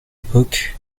époque